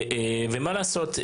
מה לעשות,